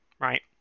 right